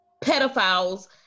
pedophiles